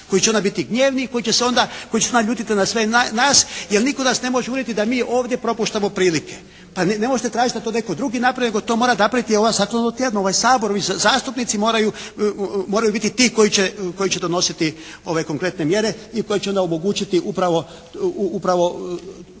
koji će onda biti gnjevni i koji će se onda ljutiti na sve nas jer nitko nas ne može uvjeriti da mi ovdje propuštamo prilike. Pa ne možete tražiti da to netko drugi napravi nego to mora napraviti … /Ne razumije se./ … ovaj Sabor, zastupnici moraju biti ti koji će donositi ove konkretne mjere i koje će onda omogućiti upravo